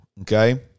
okay